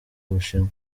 bushinwa